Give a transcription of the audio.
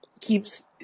keeps